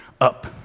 up